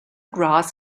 grass